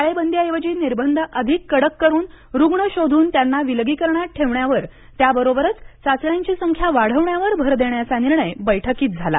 टाळेबंदीऐवजी निर्बंध अधिक कडक करुन रुग्ण शोधून त्यांना विलगीकरणात ठेवण्यावर त्याचबरोबर चाचण्यांची संख्या वाढवण्यावर भर देण्याचा निर्णय बैठकीत झाला